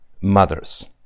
Mothers